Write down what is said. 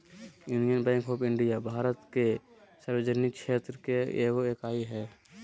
union bank of India Bharat के सार्वजनिक क्षेत्र के एगो इकाई हइ